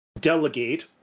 delegate